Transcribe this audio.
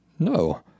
No